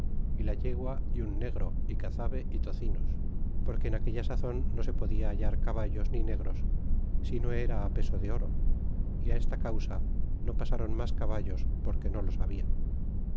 y la yegua y un negro cazabe porque en aquella sazon no se podia hallar caballos ni negros si no era peso de oro y esta causa no pasron mas caballos porque no los